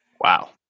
Wow